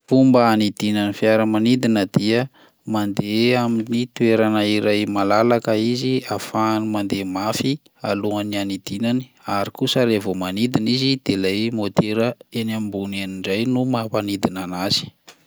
Fomba hanidinan'ny fiaramanidina dia mandeha amin'ny toerana iray malalaka izy ahafahany mandeha mafy alohan'ny anidinany, ary kosa raha vao manidina izy de lay motera eny ambony eny indray no mampanidina anazy.